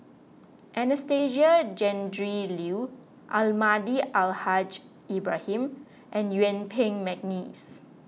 Anastasia Tjendri Liew Almahdi Al Haj Ibrahim and Yuen Peng McNeice